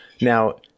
Now